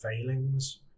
failings